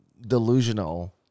delusional